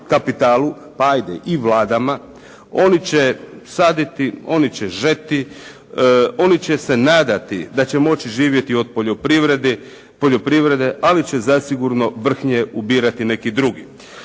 kapitalu pa ajde i Vladama. Oni će saditi, oni će žeti, oni će se nadati da će moći živjeti od poljoprivrede, ali će zasigurno vrhnje ubirati neki drugi.